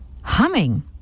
Humming